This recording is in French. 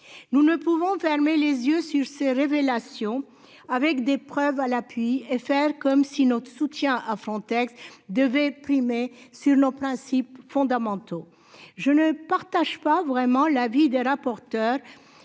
Nous ne pouvons fermer les yeux sur ces révélations avec des preuves à l'appui et faire comme si notre soutien à Frontex devait primer sur nos principes fondamentaux. Je ne partage pas vraiment l'avis des rapporteurs